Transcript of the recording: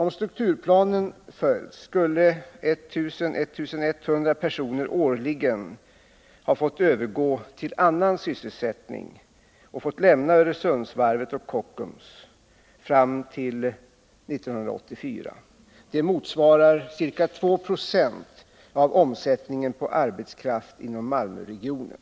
; Om strukturplanen följts skulle 1000-1 100 personer årligen få övergå till annan sysselsättning och lämna Öresundsvarvet och Kockums under tiden fram till 1984. Det motsvarar ca 2 70 av omsättningen på arbetsmarknaden inom Malmöregionen.